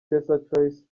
pesachoice